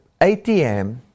ATM